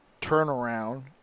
turnaround